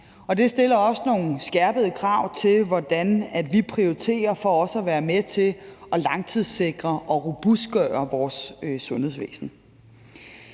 det stiller også nogle skærpede krav til, hvordan vi prioriterer for at være med til at langtidssikre og robustgøre vores sundhedsvæsen.